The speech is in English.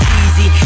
easy